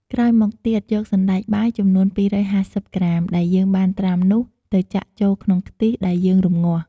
ក្រោយមកទៀត យកសណ្ដែកបាយចំនួន២៥០ក្រាម ដែលយើងបានត្រាំនោះ ទៅចាក់ចូលក្នុងខ្ទិះដែលយើងរំងាស់។